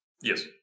Yes